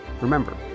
remember